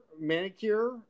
manicure